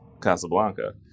casablanca